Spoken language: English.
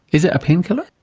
is it a painkiller?